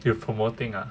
you promoting ah